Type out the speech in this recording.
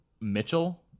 Mitchell